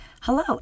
Hello